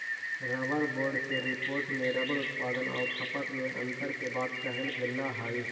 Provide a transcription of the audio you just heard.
rubber board के रिपोर्ट में रबर उत्पादन आउ खपत में अन्तर के बात कहल गेलइ हे